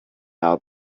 out